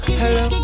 hello